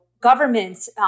governments